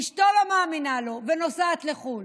אשתו לא מאמינה לו ונוסעת לחו"ל,